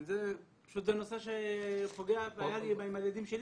זה נושא שפוגע וקרה לי עם הילדים שלי.